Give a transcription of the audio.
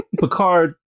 Picard